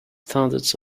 thousands